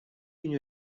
une